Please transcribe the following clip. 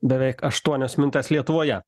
beveik aštuonios minutės lietuvoje